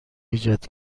ایجاد